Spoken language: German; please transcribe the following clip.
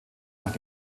nach